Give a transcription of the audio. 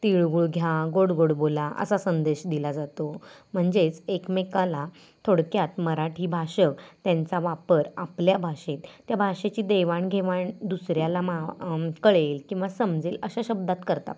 तिळगूळ घ्या गोड गोड बोला असा संदेश दिला जातो म्हणजेच एकमेकाला थोडक्यात मराठी भाषक त्यांचा वापर आपल्या भाषेत त्या भाषेची देवाणघेवाण दुसऱ्याला मा कळेल किंवा समजेल अशा शब्दात करतात